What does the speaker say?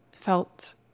felt